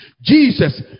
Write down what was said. Jesus